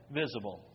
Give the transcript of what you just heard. visible